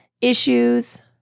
issues